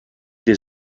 des